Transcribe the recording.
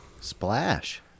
splash